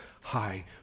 high